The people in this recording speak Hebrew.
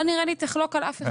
לא נראה לי תחלוק על אף אחד.